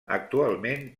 actualment